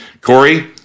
Corey